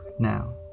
Now